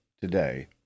today